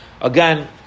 Again